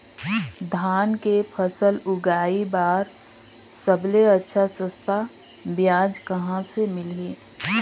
धान के फसल उगाई बार सबले अच्छा सस्ता ब्याज कहा ले मिलही?